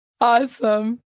Awesome